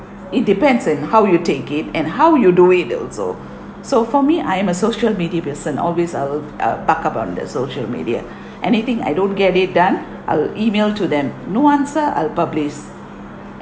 it depends and how you take it and how you do it also so for me I am a social media person always I'll uh buck up on the social media anything I don't get it done I'll email to them no answer I'll publish